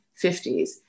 50s